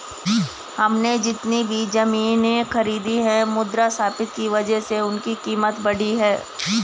हमने जितनी भी जमीनें खरीदी हैं मुद्रास्फीति की वजह से उनकी कीमत बढ़ी है